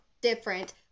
different